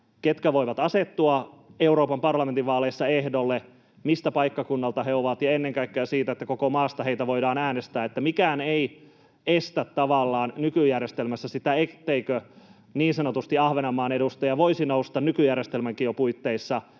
ketkä voivat asettua Euroopan parlamentin vaaleissa ehdolle, riippumatta siitä, mistä paikkakunnalta he ovat, ja ennen kaikkea, että koko maasta heitä voidaan äänestää. Mikään ei estä tavallaan nykyjärjestelmässä sitä, etteikö niin sanotusti Ahvenanmaan edustaja voisi nousta jo nykyjärjestelmänkin puitteissa